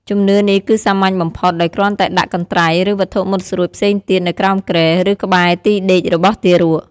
ជំនឿនេះគឺសាមញ្ញបំផុត ដោយគ្រាន់តែដាក់កន្ត្រៃ ឬវត្ថុមុតស្រួចផ្សេងទៀតនៅក្រោមគ្រែ ឬក្បែរទីដេករបស់ទារក